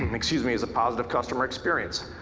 and excuse me, is a positive customer experience.